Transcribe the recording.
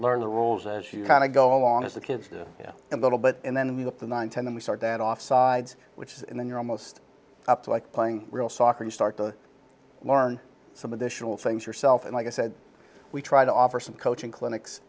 learn the rules as you kind of go along as the kids do you know a little bit and then we look to nine ten and we start that offsides which is and then you're almost up to like playing real soccer you start to learn some additional things yourself and like i said we try to offer some coaching clinics